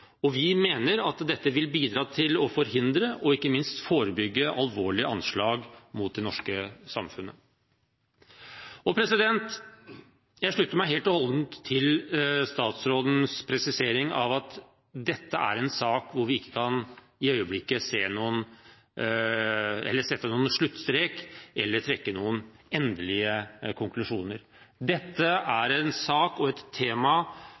og vi mener at dette vil bidra til å forhindre, og ikke minst forebygge, alvorlige anslag mot det norske samfunnet. Jeg slutter meg helt og holdent til statsrådens presisering av at dette er en sak vi i øyeblikket ikke kan sette noen sluttstrek eller trekke noen endelige konklusjoner for. Dette er en sak og et tema